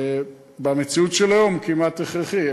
במציאות של היום כמעט הכרחי.